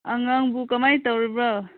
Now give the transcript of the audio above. ꯑꯉꯥꯡꯕꯨ ꯀꯃꯥꯏꯅ ꯇꯧꯔꯤꯕ꯭ꯔꯣ